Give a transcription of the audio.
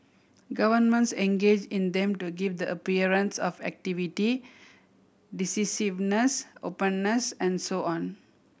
governments engage in them to give the appearance of activity decisiveness openness and so on